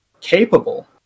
capable